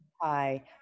Hi